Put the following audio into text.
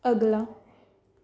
ਅਗਲਾ